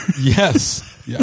Yes